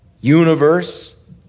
universe